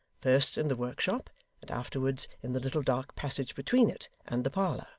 first in the workshop and afterwards in the little dark passage between it and the parlour,